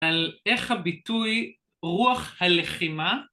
על איך הביטוי רוח הלחימה